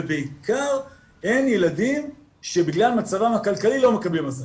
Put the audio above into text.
ובעיקר שאין ילדים שבגלל מצבם הכלכלי לא מקבלים הזנה.